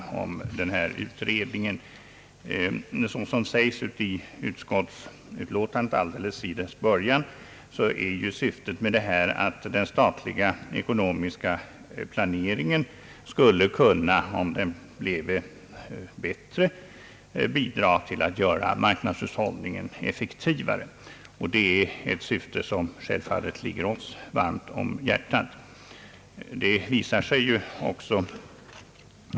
Såsom anföres alldeles i början av utskottsutlåtandet är detta syfte att den statliga ekonomiska planeringen skulle kunna, om den bleve bättre, bidra till att göra marknadshushållningen effektivare. Det är ett syfte som självfallet ligger oss varmt om hjärtat.